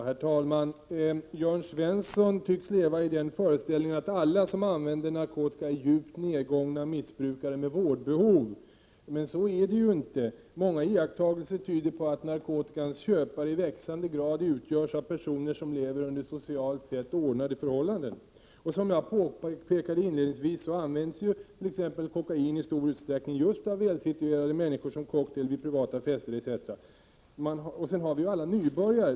Herr talman! Jörn Svensson tycks leva i den föreställningen att alla som använder narkotika är djupt nedgångna missbrukare med vårdbehov, men så är det ju inte. Många iakttagelser tyder på att narkotikans köpare i växande grad utgörs av personer som lever under socialt sett ordnade förhållanden. Som jag påpekade inledningsvis, används t.ex. kokain i stor utsträckning just av välsituerade människor som cocktail vid privata fester etc. Och sedan har vi ju alla nybörjare.